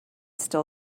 still